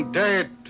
dead